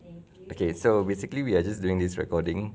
okay so basically we are just doing this recording